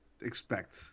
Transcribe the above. expect